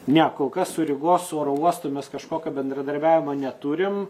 ne kol kas su rygos oro uostu mes kažkokio bendradarbiavimo neturim